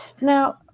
now